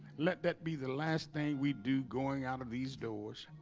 let that be the last thing we do going out of these doors